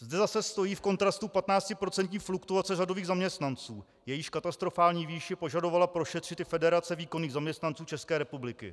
Zde zase stojí v kontrastu patnáctiprocentní fluktuace řadových zaměstnanců, jejíž katastrofální výši požadovala prošetřit i Federace výkonných zaměstnanců České republiky.